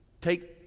take